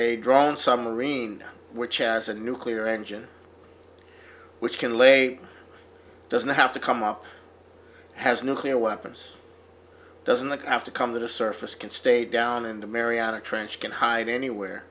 drone submarine which has a nuclear engine which can lay doesn't have to come up has nuclear weapons doesn't the have to come to the surface can stay down in the mariana trench can hide anywhere